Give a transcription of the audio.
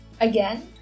Again